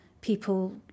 people